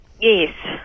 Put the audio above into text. Yes